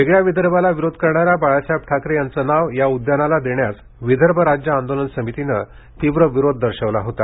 वेगळ्या विदर्भाला विरोध करणाऱ्या बाळासाहेब ठाकरे यांचं नाव या उद्यानाला देण्यास विदर्भ राज्य आंदोलन समितीनं तीव्र विरोध दर्शवला होता